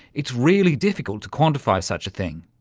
it's really difficult to quantify such a thing.